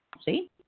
See